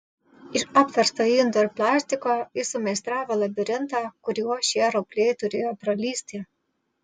iš apversto indo ir plastiko jis sumeistravo labirintą kuriuo šie ropliai turėjo pralįsti